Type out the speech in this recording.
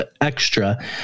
extra